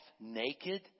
naked